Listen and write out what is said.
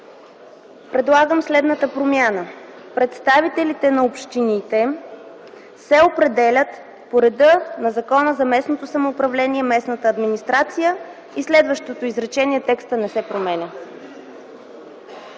предлагам следната промяна: „Представителите на общините се определят по реда на Закона за местното самоуправление и местната администрацията”. В следващото изречение текстът не се променя.